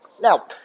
Now